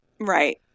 Right